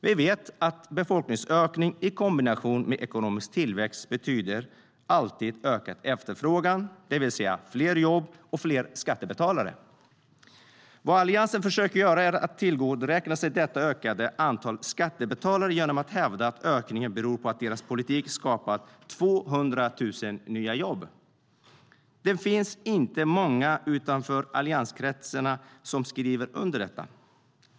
Vi vet att befolkningsökning i kombination med ekonomisk tillväxt alltid betyder ökad efterfrågan, det vill säga fler jobb och fler skattebetalare. Vad Alliansen försöker göra är att tillgodoräkna sig detta ökade antal skattebetalare genom att hävda att ökningen beror på att deras politik skapat 200 000 nya jobb. Det finns inte många utanför allianskretsarna som skriver under på detta.